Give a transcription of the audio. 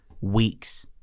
weeks